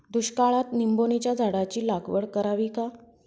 दुष्काळात निंबोणीच्या झाडाची लागवड करावी का?